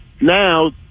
now